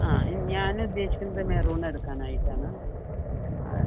ആ ഞാൻ ഉദ്ദേശിക്കുന്നത് മെറൂൺ എടുക്കാൻ ആയിട്ട് ആണ് അതെ